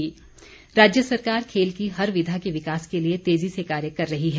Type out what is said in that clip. गोविंद ठाकुर राज्य सरकार खेल की हर विधा के विकास के लिए तेजी से कार्य कर रही है